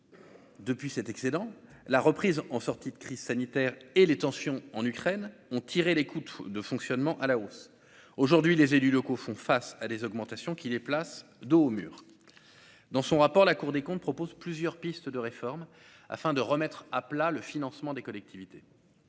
depuis cet excédent la reprise en sortie de crise sanitaire et les tensions en Ukraine ont tiré les coups de fonctionnement à la hausse aujourd'hui les élus locaux font face à des augmentations qui les place, dos au mur, dans son rapport, la Cour des comptes propose plusieurs pistes de réformes afin de remettre à plat le financement des collectivités,